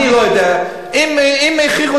הכריחו